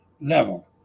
level